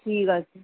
ঠিক আছে